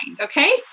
Okay